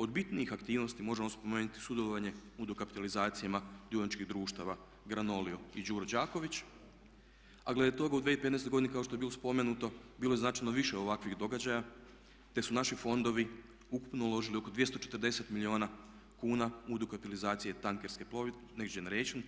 Od bitnijih aktivnosti možemo spomenuti sudjelovanje u dokapitalizacijama dioničkih društava Granolio i Đuro Đaković a glede toga u 2015. godini kao što je bilo spomenuto, bilo je značajno više ovakvih događaja te su naši fondovi ukupno uložili oko 240 milijuna kuna u … tankerske plovidbe Next Generation,